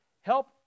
help